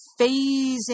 phasing